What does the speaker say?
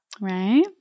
Right